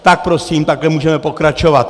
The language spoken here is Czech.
Tak prosím, takhle můžeme pokračovat.